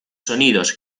sonidos